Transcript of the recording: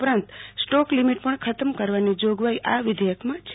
ઉપરાંત stock limit પણ ખતમ કરવાની જોગવાઈ આ વિધેયકમાં છે